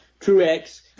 Truex